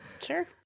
Sure